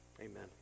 Amen